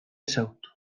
ezagutu